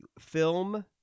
film